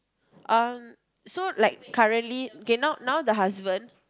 um so like currently okay now now the husband